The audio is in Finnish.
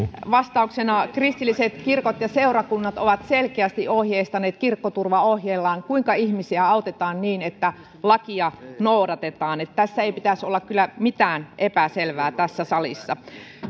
vastauksena kristilliset kirkot ja seurakunnat ovat selkeästi ohjeistaneet kirkkoturvaohjeellaan kuinka ihmisiä autetaan niin että lakia noudatetaan että tässä ei pitäisi olla kyllä mitään epäselvää tässä salissa